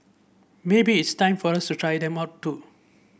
maybe it's time for us try them out too